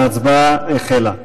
ההצבעה החלה.